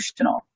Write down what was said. emotional